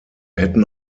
hätten